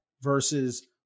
versus